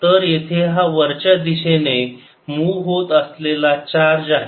तर येथे हा वरच्या दिशेने मुव होत असलेला चार्ज आहे